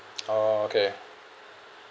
oh okay